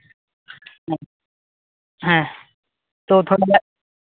ᱦᱮᱸ ᱦᱮᱸ